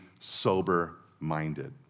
sober-minded